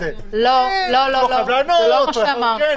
לא, לא, זה לא מה שאמרנו.